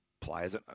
players